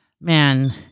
Man